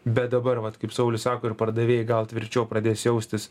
bet dabar vat kaip saulius sako ir pardavėjai gal tvirčiau pradės jaustis